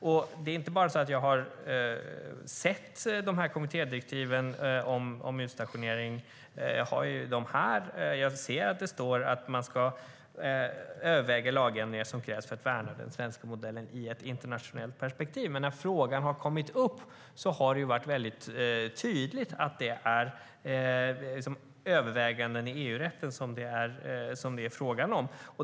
Jag har inte bara sett kommittédirektiven om utstationering. Jag har dem här och ser att det står att "man ska överväga vilka lagändringar som krävs för att värna den svenska modellen i ett internationellt perspektiv". Men när frågan har kommit upp har det varit tydligt att det är överväganden i EU-rätten som det är fråga om.